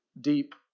deep